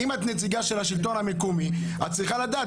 אם את נציגה של השלטון המקומי, את צריכה לדעת.